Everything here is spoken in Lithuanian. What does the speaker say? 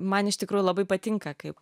man iš tikrųjų labai patinka kaip